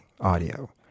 audio